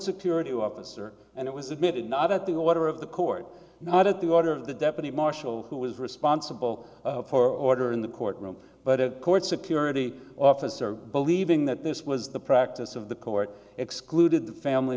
security officer and it was admitted not at the order of the court not at the order of the deputy marshal who was responsible for order in the court room but a court security officer believing that this was the practice of the court excluded the family